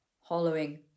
Hollowing